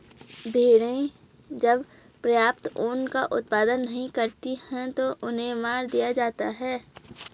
भेड़ें जब पर्याप्त ऊन का उत्पादन नहीं करती हैं तो उन्हें मार दिया जाता है